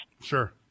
Sure